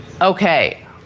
Okay